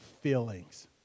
feelings